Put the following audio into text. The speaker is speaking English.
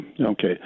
okay